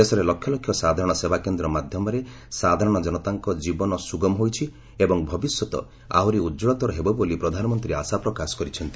ଦେଶରେ ଲକ୍ଷଲକ୍ଷ ସାଧାରଣ ସେବାକେନ୍ଦ୍ର ମାଧ୍ୟମରେ ସାଧାରଣ ଜନତାଙ୍କ ଜୀବନ ସ୍କୁଗମ ହୋଇଛି ଏବଂ ଭବିଷ୍ୟତ ଆହୁରି ଉଜ୍ଜଳତର ହେବ ବୋଲି ପ୍ରଧାନମନ୍ତ୍ରୀ ଆଶା ପ୍ରକାଶ କରିଛନ୍ତି